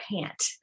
pant